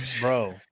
bro